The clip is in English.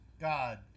God